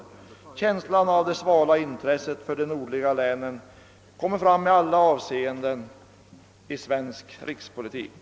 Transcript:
Känslan av det svala intresset för de nordliga länen kommer fram i alla avseenden i svensk rikspolitik!